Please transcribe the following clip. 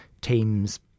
teams